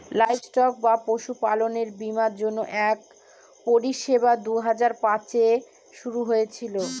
livestock বা পশুপালনের বীমার জন্য এক পরিষেবা দুই হাজার পাঁচে শুরু হয়েছিল